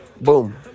boom